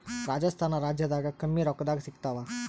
ರಾಜಸ್ಥಾನ ರಾಜ್ಯದಾಗ ಕಮ್ಮಿ ರೊಕ್ಕದಾಗ ಸಿಗತ್ತಾವಾ?